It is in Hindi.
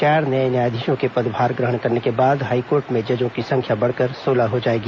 चार नए न्यायाधीशों के पदभार ग्रहण करने के बाद हाईकोर्ट में जजों की संख्या बढ़कर सोलह हो जाएगी